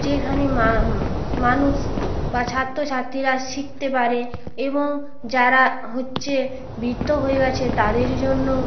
যেখানে মানুষ বা ছাত্র ছাত্রীরা শিখতে পারে এবং যারা হচ্ছে বৃদ্ধ হয়ে গিয়েছে তাদের জন্য